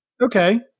Okay